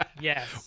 Yes